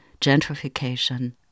gentrification